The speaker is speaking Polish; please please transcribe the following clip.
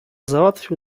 załatwił